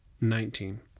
Nineteen